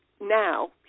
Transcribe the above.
now